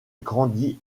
grandi